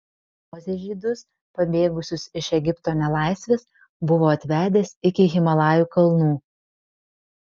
mozė žydus pabėgusius iš egipto nelaisvės buvo atvedęs iki himalajų kalnų